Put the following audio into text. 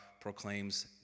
proclaims